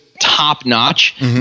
top-notch